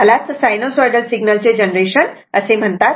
यालाच sinusoidal signal चे generation असे म्हणतात